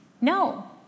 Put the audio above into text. No